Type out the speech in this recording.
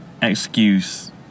excuse